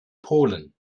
polen